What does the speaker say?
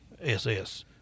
SS